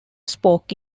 spoke